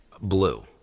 blue